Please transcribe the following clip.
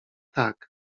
tak